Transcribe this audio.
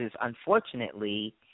unfortunately